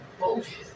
bullshit